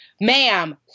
Ma'am